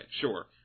Sure